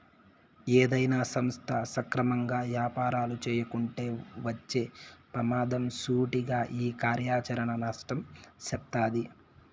ఏదైనా సంస్థ సక్రమంగా యాపారాలు చేయకుంటే వచ్చే పెమాదం సూటిగా ఈ కార్యాచరణ నష్టం సెప్తాది